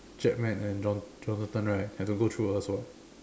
japman and Jon~ Jonathan right have to go through us [what]